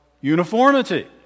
uniformity